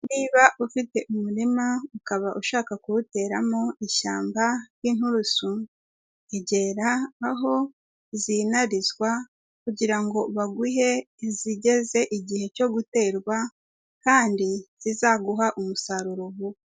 Niba ufite umurima ukaba ushaka kuwuteramo ishyamba ry'inturusu, egera aho zinarizwa kugira ngo baguhe izigeze igihe cyo guterwa, kandi zizaguha umusaruro vuba.